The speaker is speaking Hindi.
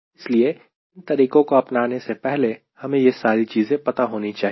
इसलिए इन तरीकों को अपनाने से पहले हमें यह सारी चीजें पता होनी चाहिए